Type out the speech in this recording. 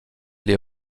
les